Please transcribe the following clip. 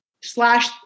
slash